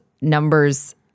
numbers